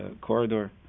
corridor